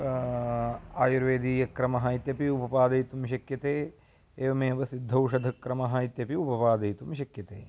आयुर्वेदीयक्रमः इत्यपि उपपादयितुं शक्यते एवमेव सिद्धौषधक्रमः इत्यपि उपपादयितुं शक्यते